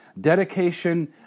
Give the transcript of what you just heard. dedication